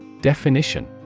Definition